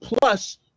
Plus